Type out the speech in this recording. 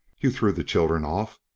you threw the children off?